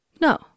No